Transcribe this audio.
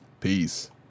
Peace